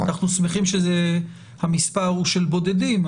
אנחנו שמחים שזה מספר בודדים,